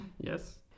Yes